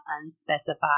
unspecified